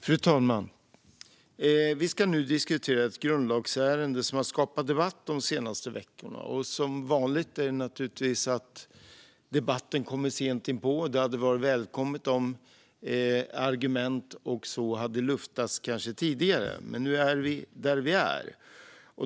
Fru talman! Vi ska nu diskutera ett grundlagsärende som har skapat debatt de senaste veckorna. Som vanligt kommer debatten sent inpå; det hade varit välkommet om argument med mera hade luftats tidigare. Men nu är vi där vi är.